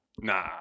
nah